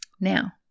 Now